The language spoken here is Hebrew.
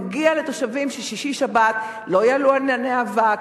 מגיע לתושבים שבשישי-שבת לא יעלו ענני אבק,